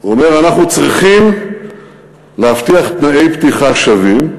הוא אומר שאנחנו צריכים להבטיח תנאי פתיחה שווים,